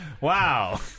Wow